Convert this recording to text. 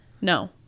No